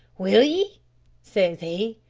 will ye says he,